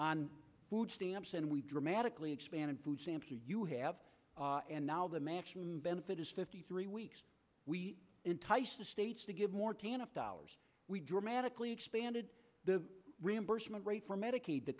on food stamps and we dramatically expanded food stamps or you have and now the match benefit is fifty three weeks we entice the states to give more than if dollars we dramatically expanded the reimbursement rate for medicaid the